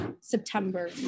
September